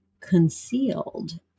concealed